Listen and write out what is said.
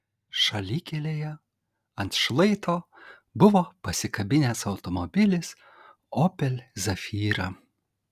šalikelėje ant šlaito buvo pasikabinęs automobilis opel zafira